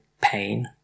pain